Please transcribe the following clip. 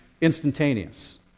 instantaneous